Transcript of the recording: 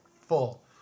full